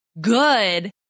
good